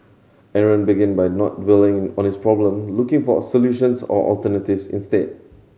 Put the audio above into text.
Aaron began by not dwelling on his problem looking for solutions or alternatives instead